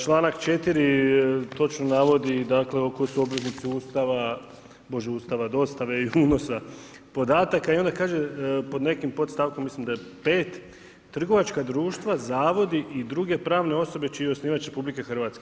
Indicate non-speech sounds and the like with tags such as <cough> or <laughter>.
Čl. 4. točno navodi dakle, ... <unintelligible> obveznici Ustava, bože Ustava, dostave i unose podataka i onda kaže pod nekim podstavkom, mislim da je 5., trgovačka društva, zavodi i druge pravne osobe čiji je osnivač RH.